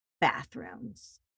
bathrooms